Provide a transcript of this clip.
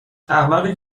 احمقی